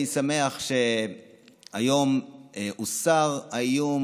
אני שמח שהיום הוסר האיום,